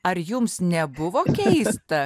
ar jums nebuvo keista